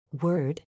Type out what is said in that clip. Word